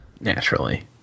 Naturally